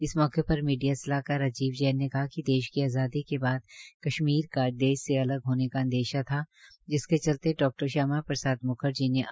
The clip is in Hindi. इस मौके पर मीडिया सलाहकार राजीव जैन ने कहा कि देश की आजादी के बाद कश्मीर का देश से अलग होने का अंदेशा था जिसके चलते डा श्यामा प्रसाद म्खर्जी ने आंदोलन किया